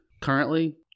currently